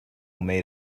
meet